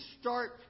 start